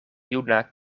juna